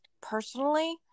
personally